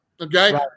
Okay